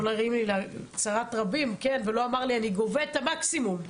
אני גובה את המקסימום.